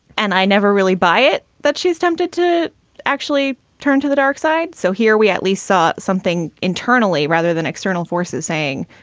and i never really buy it that she's tempted to actually turn to the dark side so here we at least saw something internally rather than external forces saying,